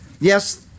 Yes